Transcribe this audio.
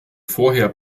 vorher